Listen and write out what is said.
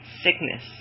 Sickness